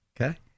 Okay